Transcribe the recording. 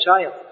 child